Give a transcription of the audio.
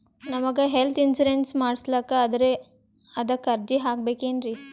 ನಮಗ health insurance ಮಾಡಸ್ಲಾಕ ಅದರಿ ಅದಕ್ಕ ಅರ್ಜಿ ಹಾಕಬಕೇನ್ರಿ?